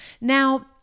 Now